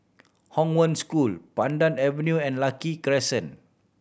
Hong Wen School Pandan Avenue and Lucky Crescent